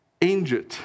injured